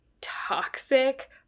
toxic